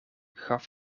gaf